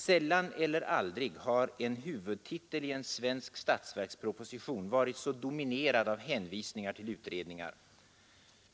Sällan eller aldrig har en huvudtitel i en svensk statsverksproposition varit så dominerad av hänvisningar till utredningar.